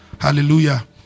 Hallelujah